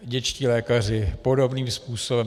Dětští lékaři podobným způsobem.